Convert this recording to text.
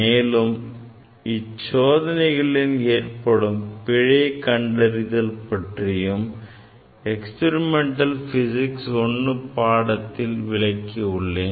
மேலும் சோதனைகளில் ஏற்படும் பிழை கண்டறிதல் பற்றியும் experimental physics I பாடத்தில் விளக்கியுள்ளேன்